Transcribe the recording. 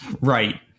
Right